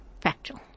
factual